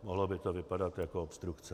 Mohlo by to vypadat jako obstrukce.